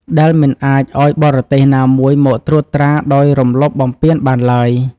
ដែលមិនអាចឱ្យបរទេសណាមួយមកត្រួតត្រាដោយរំលោភបំពានបានឡើយ។